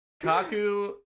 Kaku